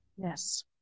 Yes